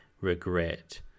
regret